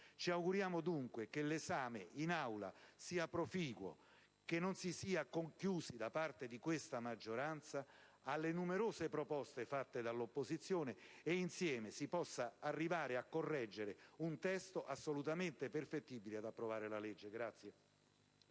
Ci auguriamo, dunque, che l'esame in Aula sia proficuo, che non si sia chiusi, da parte di questa maggioranza, alle numerose proposte fatte dall'opposizione e che, insieme, si possa arrivare a correggere un testo assolutamente perfettibile e ad approvare il disegno di